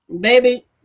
baby